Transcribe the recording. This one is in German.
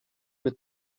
mit